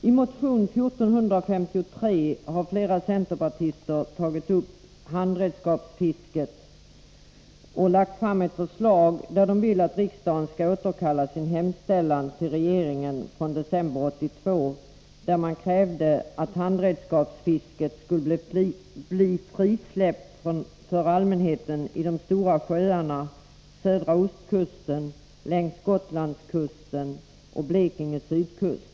I motion 1453 har flera centerpartister tagit upp handredskapsfisket och lagt fram ett förslag att riksdagen skall återkalla sin hemställan till regeringen från december 1982, där man kräver att handredskapsfisket skall frisläppas för allmänheten i de stora sjöarna, södra ostkusten, längs Gotlandskusten och Blekinges sydkust.